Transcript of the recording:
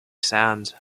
sands